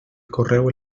correu